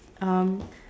um